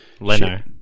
Leno